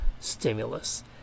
stimulus